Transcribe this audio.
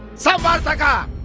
samvartaka!